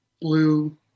blue